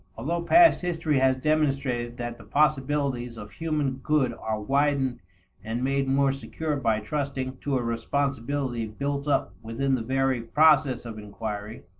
although past history has demonstrated that the possibilities of human good are widened and made more secure by trusting to a responsibility built up within the very process of inquiry,